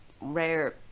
rare